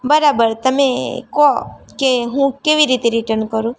બરાબર તમે કહો કે હું કેવી રીતે રિટન કરું